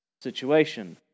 situation